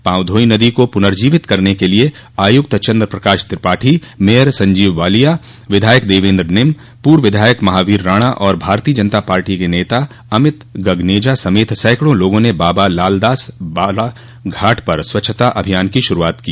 पांवधोई नदी को प्रनर्जीवित करने के लिए आयुक्त चंद्रप्रकाश त्रिपाठी मेयर संजीव वालिया विधायक देवेंद्र निम पूर्व विधायक महावीर राणा और भारतीय जनता पार्टी के नेता अमित गगनेजा समेत सैकड़ों लोगों ने बाबा लालदास बाड़ा घाट पर स्वच्छता अभियान की शुरूआत की